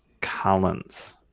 Collins